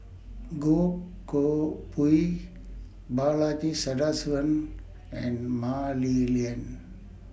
Goh Koh Pui Balaji Sadasivan and Mah Li Lian